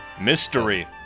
Mystery